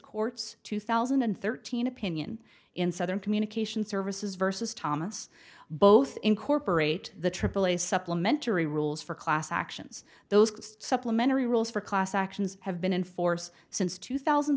court's two thousand and thirteen opinion in southern communication services versus thomas both incorporate the triple a supplementary rules for class actions those supplementary rules for class actions have been in force since two thousand